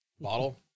bottle